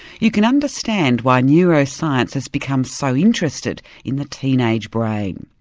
you can understand why neuroscience has become so interested in the teenage brain.